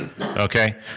Okay